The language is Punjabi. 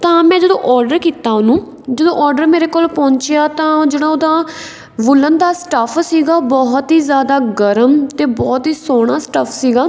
ਤਾਂ ਮੈਂ ਜਦੋਂ ਔਡਰ ਕੀਤਾ ਉਹਨੂੰ ਜਦੋਂ ਔਡਰ ਮੇਰੇ ਕੋਲ ਪਹੁੰਚਿਆ ਤਾਂ ਉਹ ਜਿਹੜਾ ਉਹਦਾ ਵੂਲਨ ਦਾ ਸਟੱਫ ਸੀਗਾ ਬਹੁਤ ਹੀ ਜ਼ਿਆਦਾ ਗਰਮ ਅਤੇ ਬਹੁਤ ਹੀ ਸੋਹਣਾ ਸਟੱਫ ਸੀਗਾ